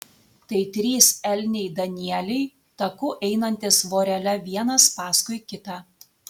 tai trys elniai danieliai taku einantys vorele vienas paskui kitą